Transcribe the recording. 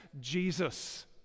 Jesus